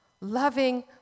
loving